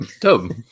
dumb